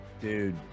dude